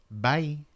Bye